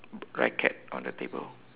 racket on the table